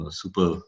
super